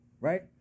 right